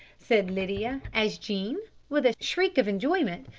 said lydia, as jean, with a shriek of enjoyment,